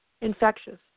infectious